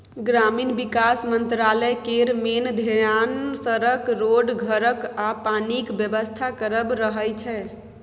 ग्रामीण बिकास मंत्रालय केर मेन धेआन सड़क, रोड, घरक आ पानिक बेबस्था करब रहय छै